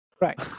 Right